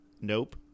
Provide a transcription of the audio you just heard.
nope